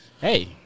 Hey